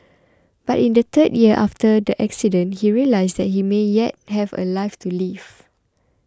but in the third year after the accident he realised that he may yet have a life to live